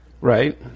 Right